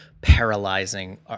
paralyzing